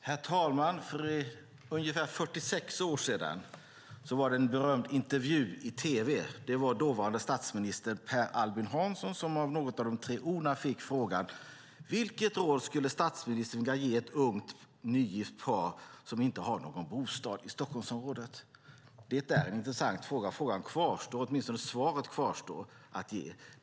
Herr talman! För ungefär 46 år sedan var det en berömd intervju i tv där dåvarande statsminister Per Albin Hansson fick från en av de tre O:na frågan: Vilket råd skulle statsministern vilja ge ett ungt nygift par som inte har någon bostad i Stockholmsområdet? Det är en intressant fråga. Frågan kvarstår, åtminstone kvarstår svaret att ge.